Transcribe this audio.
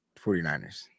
49ers